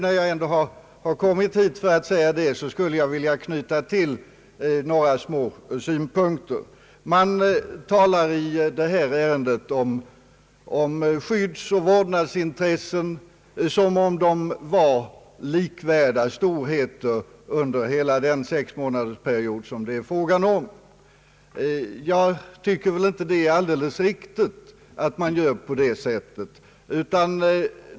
När jag ändå har begärt ordet för att säga detta, skulle jag vilja tillfoga några synpunkter. Man talar i detta ärende om skyddsoch vårdnadsintressen, som om de vore likvärdiga storheter under hela den sexmånadersperiod som det är fråga om. Jag tycker inte att det är alldeles riktigt att man gör på det sättet.